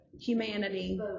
humanity